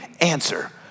answer